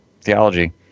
theology